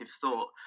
thought